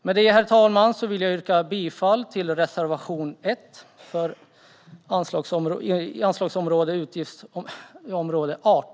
Med detta vill jag yrka bifall till reservation 1.